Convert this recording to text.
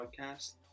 podcast